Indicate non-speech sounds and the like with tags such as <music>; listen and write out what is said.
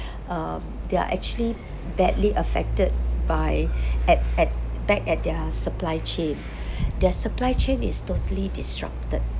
<breath> uh they're actually badly affected by <breath> at at back at their supply chain <breath> their supply chain is totally disrupted